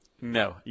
No